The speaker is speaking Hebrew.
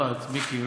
לא את, מיקי.